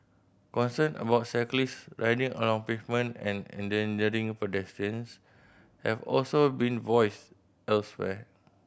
concern about cyclists riding on pavement and endangering pedestrians have also been voiced elsewhere